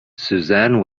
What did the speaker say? suzanne